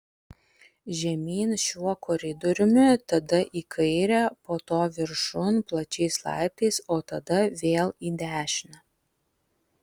žemyn šiuo koridoriumi tada į kairę po to viršun plačiais laiptais o tada vėl į dešinę